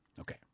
Okay